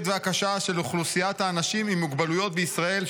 והקשה של אוכלוסיית האנשים עם מוגבלויות בישראל,